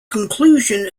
conclusion